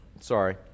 Sorry